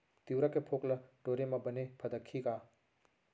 तिंवरा के फोंक ल टोरे म बने फदकही का?